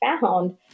found